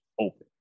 open